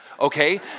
Okay